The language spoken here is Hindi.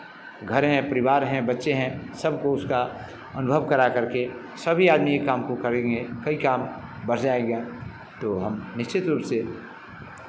घर हैं परिवार हैं बच्चे हैं सबको उसका अनुभव करा कर के सभी आदमी एक काम को करेंगे कई काम बढ़ जाएगा तो हम निश्चित रूप से